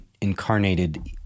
incarnated